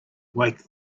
awaken